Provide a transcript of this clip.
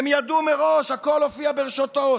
הם ידעו מראש, הכול הופיע ברשתות.